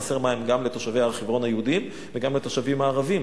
חסר מים גם לתושבי הר-חברון היהודים וגם לתושבים הערבים.